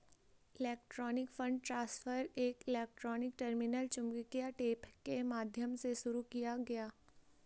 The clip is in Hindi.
इलेक्ट्रॉनिक फंड ट्रांसफर एक इलेक्ट्रॉनिक टर्मिनल चुंबकीय टेप के माध्यम से शुरू किया गया